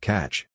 Catch